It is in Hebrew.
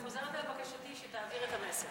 אני רק חוזרת על בקשתי שתעביר את המסר.